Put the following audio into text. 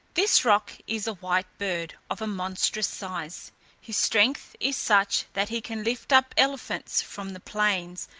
this roc is a white bird, of a monstrous size his strength is such, that he can lift up elephants from the plains,